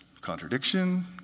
Contradiction